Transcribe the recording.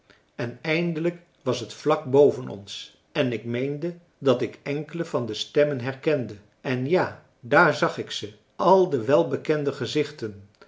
en eindelijk was het vlak boven ons en ik meende dat ik enkelen van de stemmen herkende en ja daar zag ik ze al de welbekende gezichten